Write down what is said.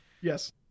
Yes